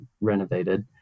renovated